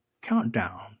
countdown